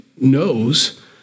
knows